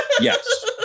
Yes